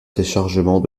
téléchargement